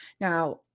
Now